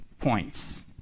points